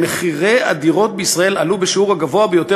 מחירי הדירות בישראל עלו בשיעור הגבוה ביותר